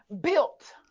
built